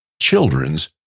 children's